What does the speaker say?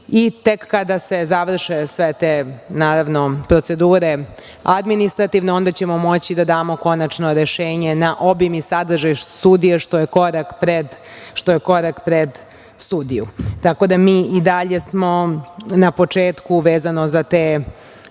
i tek kad se završe sve te procedure, administrativne, onda ćemo moći da damo konačno rešenje na obim i sadržaj studije, što je korak pred studiju, tako da smo i mi dalje na početku, vezano za te